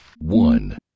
One